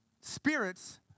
spirits